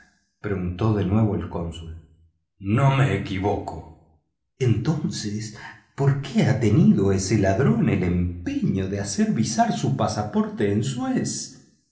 preguntó de nuevo el cónsul no me equivoco entonces por qué ha tenido ese ladrón el empeño de hacer visar su pasaporte en suez